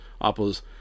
Apple's